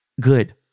good